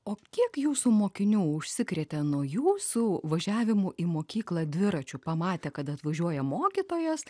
o kiek jūsų mokinių užsikrėtė nuo jūsų važiavimu į mokyklą dviračiu pamatę kad atvažiuoja mokytojas